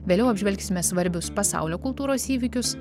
vėliau apžvelgsime svarbius pasaulio kultūros įvykius